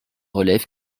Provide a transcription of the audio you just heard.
relève